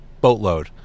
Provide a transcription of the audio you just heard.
boatload